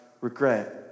regret